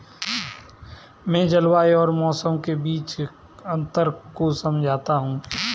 मैं जलवायु और मौसम के बीच अंतर को समझता हूं